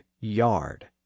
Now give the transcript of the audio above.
yard